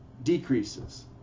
Decreases